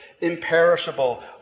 imperishable